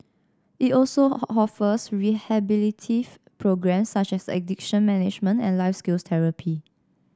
it also offers rehabilitative programmes such as addiction management and life skills therapy